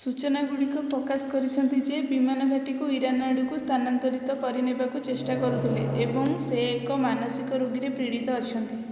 ସୂଚନା ଗୁଡ଼ିକ ପ୍ରକାଶ କରିଛନ୍ତି ଯେ ସେ ବିମାନଟି ଘାଟିକୁ ଇରାନ ଆଡ଼କୁ ସ୍ଥାନାନ୍ତର କରି ନେବାକୁ ଚେଷ୍ଟା କରୁଥିଲେ ଏବଂ ସେ ଏକ ମାନସିକ ରୋଗୀରେ ପୀଡ଼ିତ ଅଛନ୍ତି